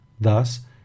thus